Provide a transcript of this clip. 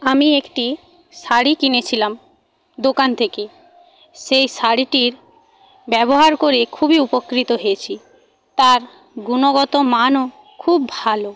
আমি একটি শাড়ি কিনেছিলাম দোকান থেকে সেই শাড়িটির ব্যবহার করে খুবই উপকৃত হয়েছি তার গুণগত মানও খুব ভালো